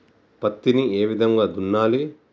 పత్తిని ఏ విధంగా దున్నాలి?